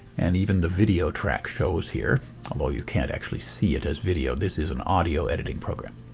and even the video track shows here although you can't actually see it as video. this is an audio editing program.